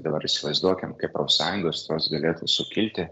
dabar įsivaizduokim kaip profsąjungos tos galėtų sukilti